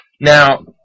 Now